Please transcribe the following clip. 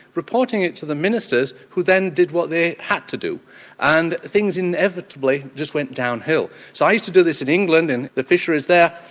reporting it to the ministers who then did what they had to do and things inevitably just went downhill. so i used to do this in england in the fisheries there,